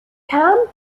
canned